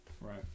Right